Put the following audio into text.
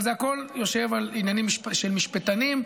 אבל הכול יושב על עניינים של משפטנים,